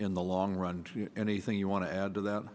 in the long run to anything you want to add to that